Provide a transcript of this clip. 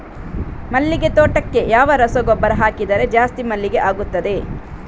ಮಲ್ಲಿಗೆ ತೋಟಕ್ಕೆ ಯಾವ ರಸಗೊಬ್ಬರ ಹಾಕಿದರೆ ಜಾಸ್ತಿ ಮಲ್ಲಿಗೆ ಆಗುತ್ತದೆ?